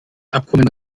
abkommen